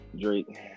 Drake